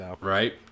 Right